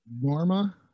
Norma